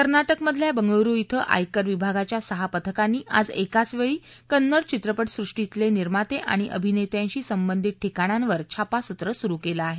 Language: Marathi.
कर्नाटकामधल्या बंगळुरु इथं आयकर विभागाच्या सहा पथकांनी आज एकाचवेळी कन्नड चित्रपट सृष्टीतल्या निर्माते आणि अभिनेत्यांशी संबंधित ठिकाणावर छापासत्र सुरू केले आहे